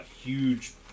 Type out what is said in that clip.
huge